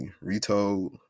retold